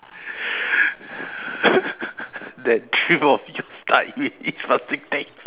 that dream of yours died with each passing day